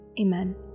Amen